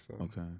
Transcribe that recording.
Okay